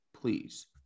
please